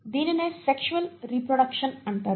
దీనినే sexual reproduction అంటారు